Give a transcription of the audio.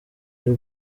y’u